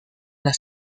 las